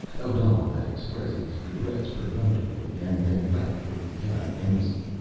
odal had expressed his regrets perfunctorily, and then left for the kerak embassy,